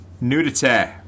nudity